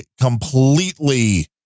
completely